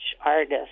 artist